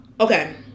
Okay